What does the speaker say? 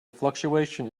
fluctuation